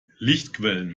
lichtquellen